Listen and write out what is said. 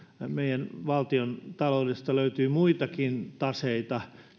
meidän valtiontaloudesta löytyy muitakin taseita